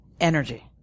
energy